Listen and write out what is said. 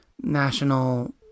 national